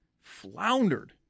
floundered